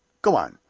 go on,